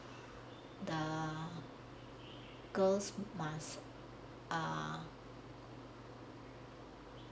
the girls must ah